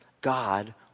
God